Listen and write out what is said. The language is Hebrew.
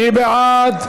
מי בעד?